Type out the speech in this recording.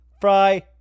Fry